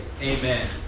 Amen